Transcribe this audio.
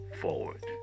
forward